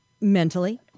mentally